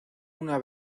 una